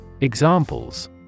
Examples